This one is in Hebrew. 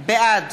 בעד